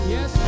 Yes